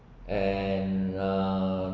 and err